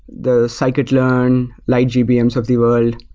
the scikit-learn lightgbms of the world.